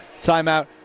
timeout